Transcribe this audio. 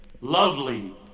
lovely